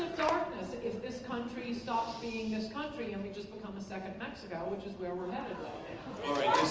darkness if this country stops being this country and we just become the second mexico which is where we're headed alright